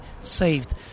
saved